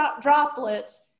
droplets